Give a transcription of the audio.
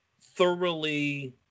thoroughly